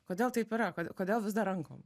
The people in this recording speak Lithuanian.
kodėl taip yra ko kodėl vis dar rankom